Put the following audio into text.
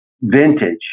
vintage